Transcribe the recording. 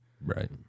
Right